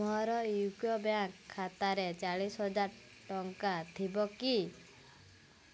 ମୋର ୟୁକୋ ବ୍ୟାଙ୍କ୍ ଖାତାରେ ଚାଳିଶ ହଜାର ଟଙ୍କା ଥିବ କି